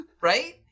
Right